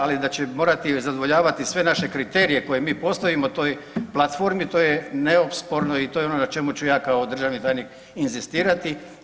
Ali da će morati zadovoljavati sve naše kriterije koje mi postavimo toj platformi to je neosporno i to je ono na čemu ću ja kao državni tajnik inzistirati.